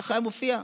ככה מופיע,